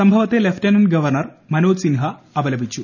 സംഭവത്തെ lieutenant governor Manoj Sinha അപലപിച്ചു